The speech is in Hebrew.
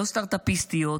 לא סטרטאפיסטיות,